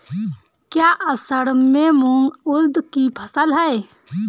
क्या असड़ में मूंग उर्द कि फसल है?